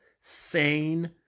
sane